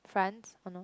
France !han nor!